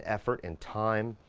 effort, and time,